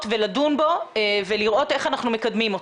ולדון בו ולראות איך אנחנו מקדמים אותו?